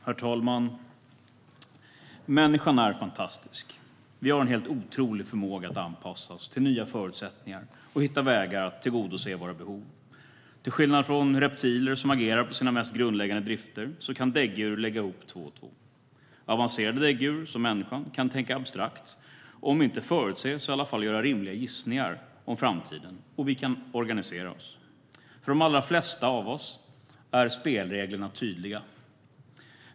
Herr talman! Människor är fantastiska. Vi har en helt otrolig förmåga att anpassa oss till nya förutsättningar och hitta vägar att tillgodose våra behov. Till skillnad från reptiler, som agerar på sina mest grundläggande drifter, kan däggdjur lägga ihop två och två. Avancerade däggdjur, som människan, kan tänka abstrakt och om inte förutse så i alla fall göra rimliga gissningar om framtiden, och vi kan organisera oss. För de allra flesta av oss är spelreglerna tydliga.